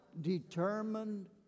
determined